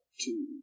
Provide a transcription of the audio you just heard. Two